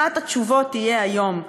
אחת התשובות תהיה היום,